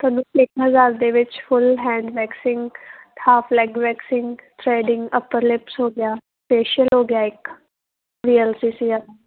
ਤੁਹਾਨੂੰ ਇੱਕ ਹਜ਼ਾਰ ਦੇ ਵਿੱਚ full hand waxing half leg waxing threading upper lips ਹੋ ਗਿਆ ਫੇਸ਼ੀਅਲ ਹੋ ਗਿਆ ਇੱਕ ਵੀ ਐਲ ਸੀ ਸੀ ਦਾ